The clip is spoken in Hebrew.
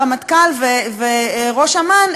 הרמטכ"ל וראש אמ"ן,